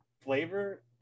flavor